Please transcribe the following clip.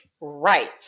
Right